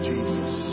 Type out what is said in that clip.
Jesus